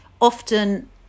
often